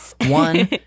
One